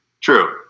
True